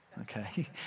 Okay